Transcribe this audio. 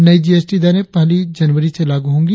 नई जीएसटी दरें पहली जनवरी से लागू होंगी